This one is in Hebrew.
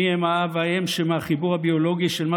מיהם האב והאם שמהחיבור הביולוגי של מה